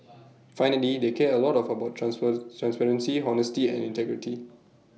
finally they care A lot of about trans per transparency honesty and integrity